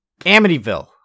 Amityville